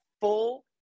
full